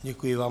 Děkuji vám.